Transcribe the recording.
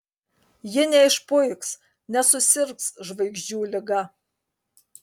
ji neišpuiks nesusirgs žvaigždžių liga